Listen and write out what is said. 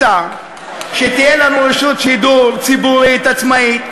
שתהיה לנו רשות שידור ציבורית עצמאית,